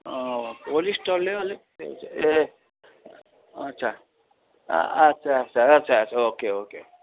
अँ होलिस्टरले अलिक ए अच्छा अच्छा अच्छा अच्छा अच्छा ओके ओके